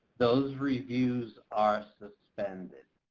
those reviews are suspended.